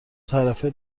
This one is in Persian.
طرفه